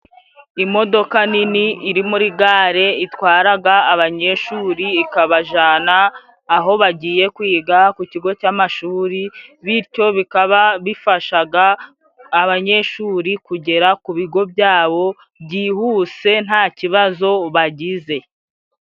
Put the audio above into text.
Imodoka nini iri muri gare itwaraga abanyeshuri, ikabajana aho bagiye kwiga. Ku kigo cy'amashuri bityo bikaba bifashaga abanyeshuri, kugera ku bigo byabo byihuse nta kibazo bagize.